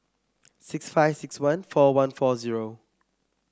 six five six one four one four zero